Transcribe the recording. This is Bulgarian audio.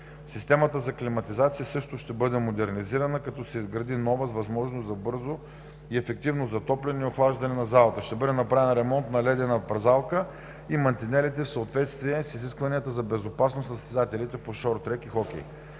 Системата за климатизация също ще бъде модернизирана като се изгради нова с възможност за бързо и ефективно затопляне и охлаждане на залата. Ще бъде направен ремонт на ледената пързалка и мантинелите в съответствие с изискванията за безопасност за състезателите по шорттрек и хокей.